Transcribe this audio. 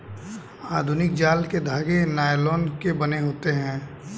आधुनिक जाल के धागे नायलोन के बने होते हैं